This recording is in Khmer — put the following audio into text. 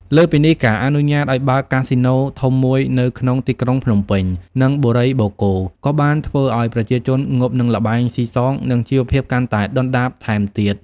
លើសពីនេះ ការអនុញ្ញាតឱ្យបើក កាស៊ីណូ ធំមួយនៅក្នុងទីក្រុងភ្នំពេញ និងបុរីបូកគោ ក៏បានធ្វើឱ្យប្រជាជនងប់នឹងល្បែងស៊ីសង និងជីវភាពកាន់តែដុនដាបថែមទៀត។